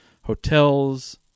hotels